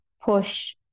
push